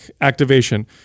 activation